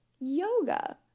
yoga